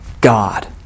God